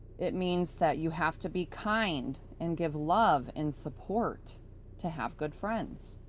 it means that you have to be kind and give love and support to have good friends.